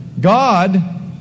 God